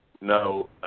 no